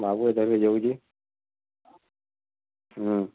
ଯାଉଛେ ହୁଁ